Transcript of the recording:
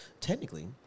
technically